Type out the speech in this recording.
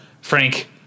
Frank